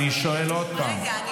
רגע,